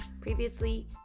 Previously